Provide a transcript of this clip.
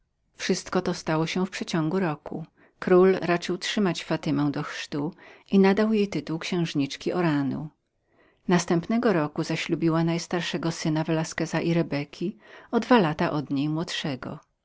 wszystko to stało się w przeciągu roku król raczył trzymać fatymę do chrztu i nadał jej tytuł księżniczki oranu następnego roku zaślubiła najstarszego syna velasqueza i rebeki o dwa lata od